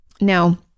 Now